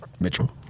Mitchell